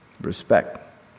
Respect